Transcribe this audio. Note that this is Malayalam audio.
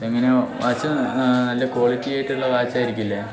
എങ്ങനെ വാച്ച് നല്ല ക്വാളിറ്റി ആയിട്ടുള്ള വാച്ചായിരിക്കില്ലേ